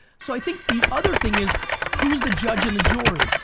so i think the other thing is who's the judge and the jury?